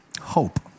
hope